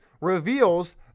reveals